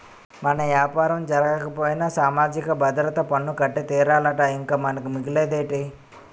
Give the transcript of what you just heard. మన యాపారం జరగకపోయినా సామాజిక భద్రత పన్ను కట్టి తీరాలట ఇంక మనకి మిగిలేదేటి